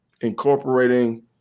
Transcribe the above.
incorporating